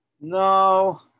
No